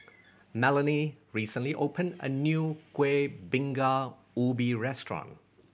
Melanie recently opened a new Kueh Bingka Ubi restaurant